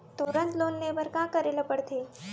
तुरंत लोन ले बर का करे ला पढ़थे?